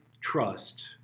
trust